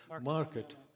market